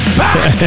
back